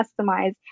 customize